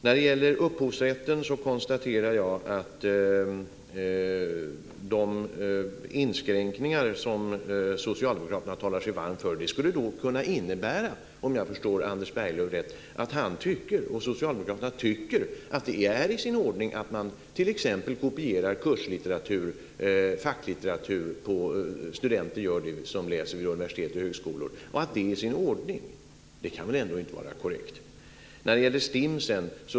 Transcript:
När det gäller upphovsrätten konstaterar jag att de inskränkningar som socialdemokraterna talar sig varma för skulle kunna innebära - om jag förstår Anders Berglöv rätt - att det är i sin ordning att studenter vid universitet och högskolor t.ex. kopierar kurslitteratur och facklitteratur. Det kan väl ändå inte vara korrekt?